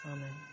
Amen